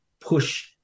push